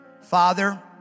Father